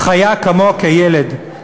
"החיה כמוה כילד,